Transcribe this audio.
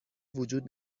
وجود